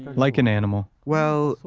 like an animal. well,